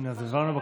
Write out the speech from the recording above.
אתם לא פוחדים מזה?